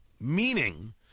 Meaning